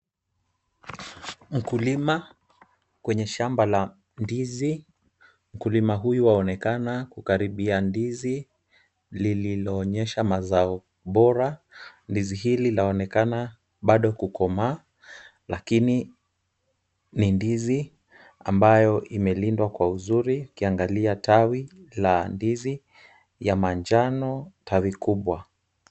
Mkulima kwenye shamba la ndizi. Mkulima huyu aonekana kukaribia ndizi lililoonyesha mazao bora. Ndizi hili laonekana bado kukomaa lakini ni ndizi ambayo imelindwa kwa uzuri ukiangalia tawi la ndizi ya manjano, tawi kubwa.